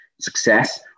success